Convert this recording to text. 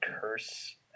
curse